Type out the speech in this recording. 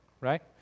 right